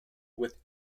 with